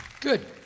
Good